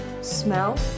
smell